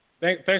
Thanks